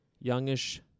youngish